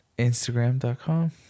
Instagram.com